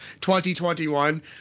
2021